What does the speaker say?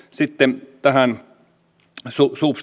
no sitten tähän substanssiin